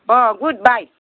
अँ good by